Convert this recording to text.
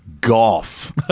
Golf